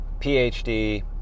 PhD